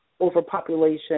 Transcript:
overpopulation